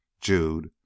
Jude